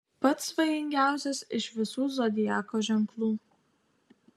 pats svajingiausias iš visų zodiako ženklų